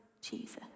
Jesus